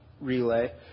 relay